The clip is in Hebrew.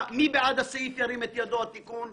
מי בעד תיקון הסעיף?